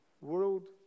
world